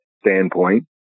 standpoint